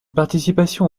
participation